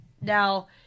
Now